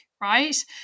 right